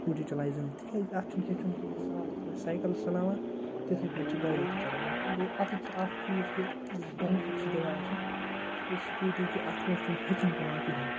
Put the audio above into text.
scooty چَلایہِ زٔنۍ تِکیٛازِ اَتھ چھُنہٕ ہیٚچھُن کِہیٖنۍ یہِ چھِ سہل یِتھ پٲٹھۍ سایکل چھِ چَلاوان تِتھَے پٲٹھۍ چھِ بایِک تہِ چَلاوان گوٚو اَتٮ۪تھ چھِ اَکھ چیٖز کہِ یُس بٮ۪نفِٹ چھِ دِوان اَسہِ سٕکوٗٹی کہِ اَتھ پٮ۪ٹھ چھُنہٕ ہیٚچھُن پٮ۪وان کِہیٖنۍ